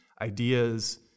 ideas